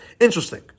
Interesting